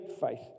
faith